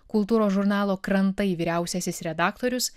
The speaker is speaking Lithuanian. kultūros žurnalo krantai vyriausiasis redaktorius